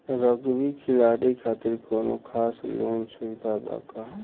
Rugby खिलाड़ी खातिर कौनो खास लोन सुविधा बा का?